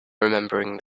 remembering